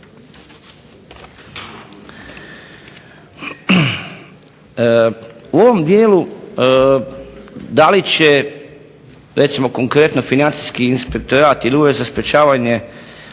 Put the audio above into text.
U ovom dijelu da li će recimo konkretno Financijski inspektorat ili Ured za sprječavanje